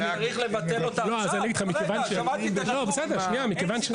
אני צריך לבטל עכשיו --- זה לא תור